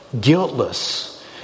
Guiltless